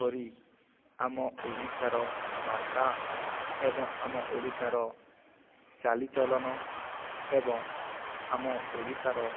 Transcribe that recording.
କରିରି ଆମ ଓଡ଼ିଶାର ଭାଷା ଏବଂ ଆମ ଓଡ଼ିଶାର ଚାଲିଚଳନ ଏବଂ ଆମ ଓଡ଼ିଶାର